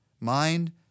mind